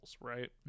right